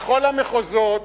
בכל המחוזות